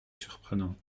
surprenant